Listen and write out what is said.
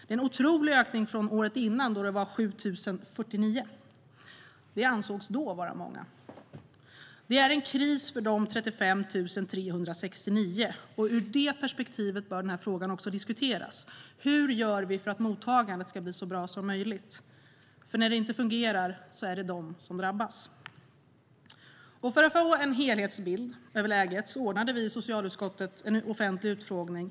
Det är en otrolig ökning från året innan, då det var 7 049. Det ansågs då vara många. Det är en kris för de 35 369, och ur det perspektivet bör den här frågan också diskuteras: Hur gör vi för att mottagandet ska bli så bra som möjligt? När det inte fungerar är det de som drabbas. För att få en helhetsbild över läget ordnade vi i socialutskottet en offentlig utfrågning.